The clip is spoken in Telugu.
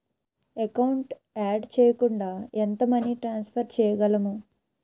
ఎకౌంట్ యాడ్ చేయకుండా ఎంత మనీ ట్రాన్సఫర్ చేయగలము?